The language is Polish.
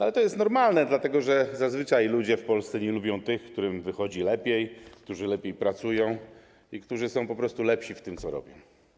Ale to jest normalne, dlatego że zazwyczaj ludzie w Polsce nie lubią tych, którym wychodzi lepiej, którzy lepiej pracują i którzy są po prostu lepsi w tym, co robią.